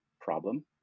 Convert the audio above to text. problem